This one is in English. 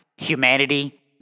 Humanity